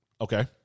okay